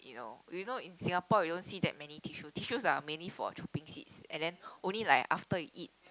you know you know in Singapore you don't see that many tissue tissues are mainly for chopping seats and then only like after you eat